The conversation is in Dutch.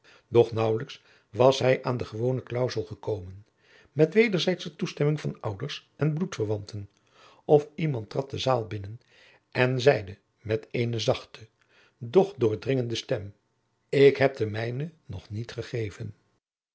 doch naauwlijks was hij aan de gewone clausel gekomen met wederzijdsche toestemming van ouders en bloedverwanten of iemand trad de zaal binnen en zeide met eene zachte doch doordringende stem ik heb de mijne nog niet gegeven